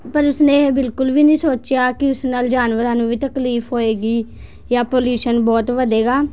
ਪਰ ਉਸਨੇ ਇਹ ਬਿਲਕੁਲ ਵੀ ਨਹੀਂ ਸੋਚਿਆ ਕਿ ਉਸ ਨਾਲ ਜਾਨਵਰਾਂ ਨੂੰ ਵੀ ਤਕਲੀਫ ਹੋਏਗੀ ਜਾਂ ਪਲਿਊਸ਼ਨ ਬਹੁਤ ਵਧੇਗਾ